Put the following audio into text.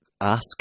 ask